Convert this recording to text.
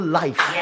life